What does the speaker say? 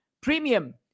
premium